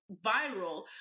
viral